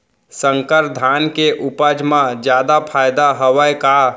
संकर धान के उपज मा जादा फायदा हवय का?